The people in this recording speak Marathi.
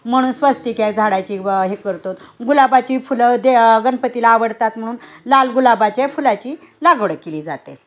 म्हणून स्वस्तिक आहे झाडाची हे करतो गुलाबाची फुलं दे गणपतीला आवडतात म्हणून लाल गुलाबाच्या फुलाची लागवडं केली जाते